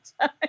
time